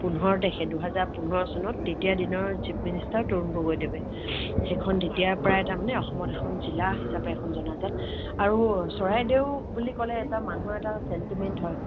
পোন্ধৰ তাৰিখে দুহেজাৰ পোন্ধৰ চনত তেতিয়াৰ দিনৰ চিফ মিনিষ্টাৰ তৰুন গগৈদেৱে সেইখন তেতিয়াৰ পৰাই তাৰমানে অসমৰ এখন জিলা হিচাপে এখন জনাজাত আৰু চৰাইদেউ বুলি ক'লে এটা মানুহৰ এটা ছেণ্টিমেণ্ট হয়